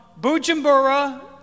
Bujumbura